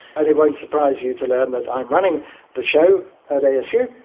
and it won't surprise you to learn that i'm running the show at asu.